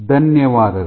ಧನ್ಯವಾದಗಳು